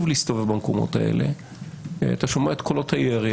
להסתובב במקומות האלה - ואתה שומע את קולות הירי.